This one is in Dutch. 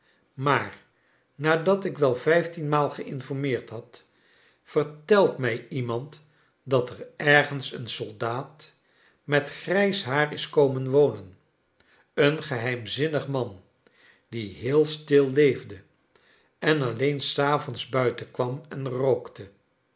maar nadat ik wel vijftien maal gei'nformeerd had vertelt mij iemand dat er ergens een soldaat met grijs haar is komen wonen een geheimzinnig man die heel stil leefde en alleen s avonds buiten kwam en rookte